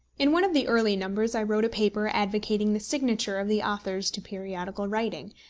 in one of the early numbers i wrote a paper advocating the signature of the authors to periodical writing,